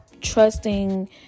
trusting